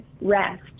rest